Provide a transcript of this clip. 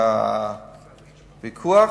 היה ויכוח,